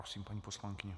Prosím, paní poslankyně.